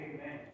Amen